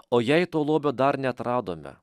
o jei to lobio dar neatradome